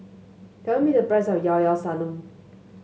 tell me the price of Llao Llao Sanum